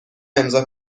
امضا